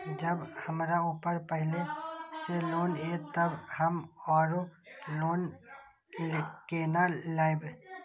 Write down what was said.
जब हमरा ऊपर पहले से लोन ये तब हम आरो लोन केना लैब?